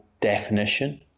definition